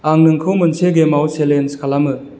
आं नोंखौ मोनसे गेमाव चेलेन्च खालामो